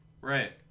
Right